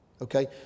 okay